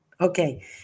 Okay